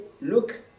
look